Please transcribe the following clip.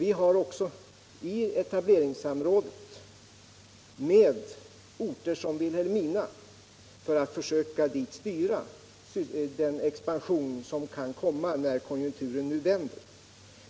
I etableringssamrådet har vi också med orter som Vilhelmina för att dit försöka styra den expansion som kan komma när konjunkturen nu vänder.